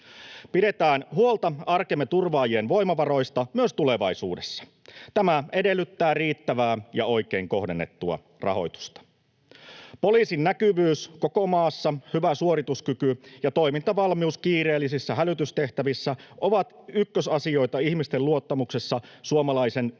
Pidetään huolta arkemme turvaajien voimavaroista myös tulevaisuudessa. Tämä edellyttää riittävää ja oikein kohdennettua rahoitusta. Poliisin näkyvyys koko maassa, hyvä suorituskyky ja toimintavalmius kiireellisissä hälytystehtävissä ovat ykkösasioita ihmisten luottamuksessa suomalaisen yhteiskunnan